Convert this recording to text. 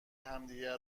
همدیگه